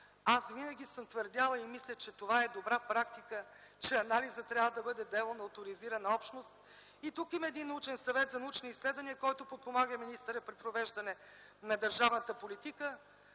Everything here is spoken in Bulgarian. винаги съм твърдяла и мисля, че това е добра практика - анализът трябва да бъде дело на оторизирана общност. И тук има научен съвет за научни изследвания, който подпомага министъра при провеждане на държавната политика,